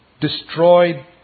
destroyed